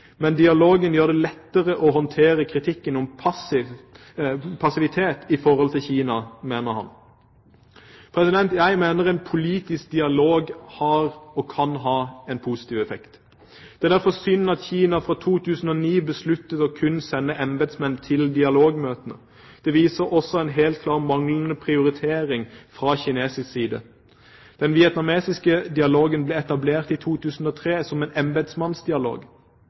Men dialogen gjør det lettere å håndtere kritikken om passivitet i forhold til Kina, mener han. Jeg mener en politisk dialog har og kan ha en positiv effekt. Det er derfor synd at Kina for 2009 besluttet å sende kun embetsmenn til dialogmøtene. Det viser også en manglende prioritering fra kinesisk side. Den vietnamesiske dialogen ble etablert i 2003 som en embetsmannsdialog.